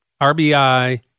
RBI